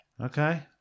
Okay